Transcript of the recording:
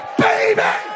baby